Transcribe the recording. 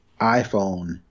iPhone